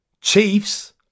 chiefs